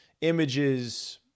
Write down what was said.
images